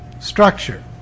structure